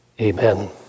Amen